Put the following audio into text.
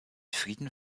frieden